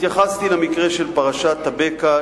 התייחסתי למקרה של פרשת "טבקה",